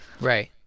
Right